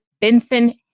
Benson